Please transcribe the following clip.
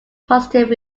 positive